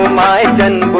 live and